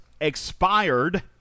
expired